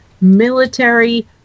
military